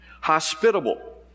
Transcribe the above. hospitable